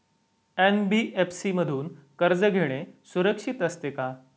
NBFC मधून कर्ज घेणे सुरक्षित असते का?